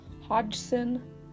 Hodgson